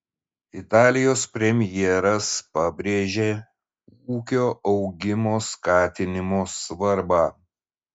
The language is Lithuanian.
italijos premjeras pabrėžė ūkio augimo skatinimo svarbą